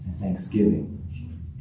thanksgiving